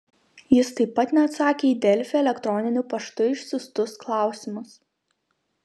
jis taip pat neatsakė į delfi elektroniniu paštu išsiųstus klausimus